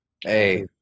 Hey